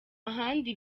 handi